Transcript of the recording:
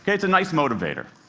it's a nice motivator.